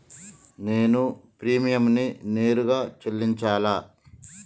నేను ప్రీమియంని నేరుగా చెల్లించాలా?